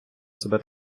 себе